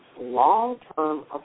long-term